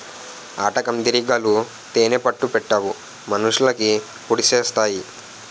ఆటకందిరీగలు తేనే పట్టు పెట్టవు మనుషులకి పొడిసెత్తాయి